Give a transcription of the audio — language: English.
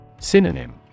Synonym